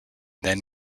then